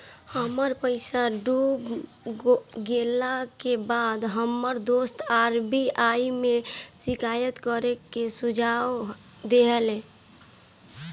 हमर पईसा डूब गेला के बाद हमर दोस्त आर.बी.आई में शिकायत करे के सुझाव देहले